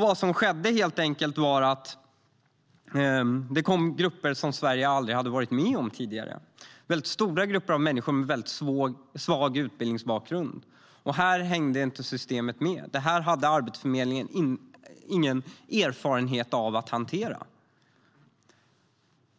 Vad som skedde var att det kom grupper som Sverige aldrig hade varit med om tidigare. Det var väldigt stora grupper av människor med väldigt svag utbildningsbakgrund. Här hängde inte systemet med. Det här hade Arbetsförmedlingen ingen erfarenhet av att hantera.